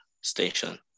station